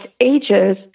ages